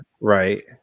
Right